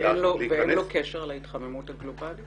ואין לו קשר להתחממות הגלובלית?